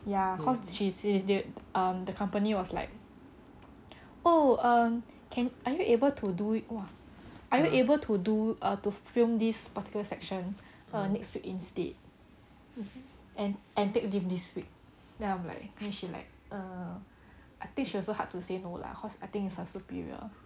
ya cause she's in they err the company was like oh um can are you able to do it !wah! are you able to do err to film this particular section err next week instead and and take leave this week then I'm like then she's like err I think she also hard to say no lah cause I think it's her superior